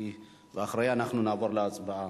ואחריה אנחנו נעבור להצבעה.